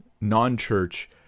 non-church